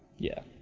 yeah.